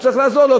צריך לעזור לו,